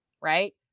right